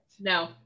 No